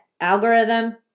algorithm